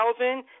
2000